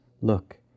look